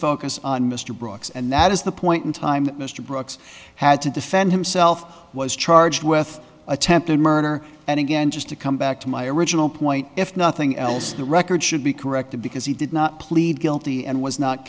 focus on mr brooks and that is the point in time mr brooks had to defend himself was charged with attempted murder and again just to come back to my original point if nothing else the record should be corrected because he did not plead guilty and was not